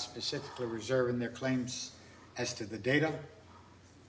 specific reserve in their claims as to the data